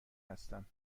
هستم